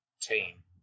team